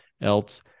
else